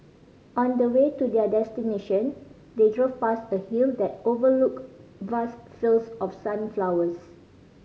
on the way to their destination they drove past a hill that overlooked vast fields of sunflowers